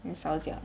很少讲